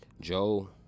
Joe